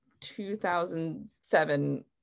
2007